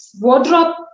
wardrobe